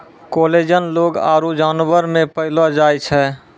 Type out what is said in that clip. collagen लोग आरु जानवर मे पैलो जाय छै